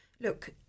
Look